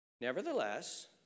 Nevertheless